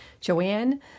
Joanne